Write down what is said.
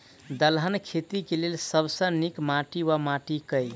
दलहन खेती केँ लेल सब सऽ नीक माटि वा माटि केँ?